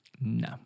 No